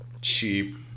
cheap